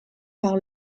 par